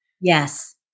Yes